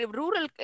rural